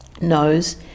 knows